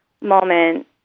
moment